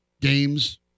games